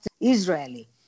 Israeli